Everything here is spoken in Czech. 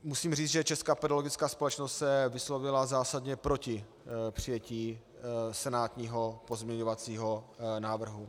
Musím říci, že Česká pedologická společnost se vyslovila zásadně proti přijetí senátního pozměňovacího návrhu.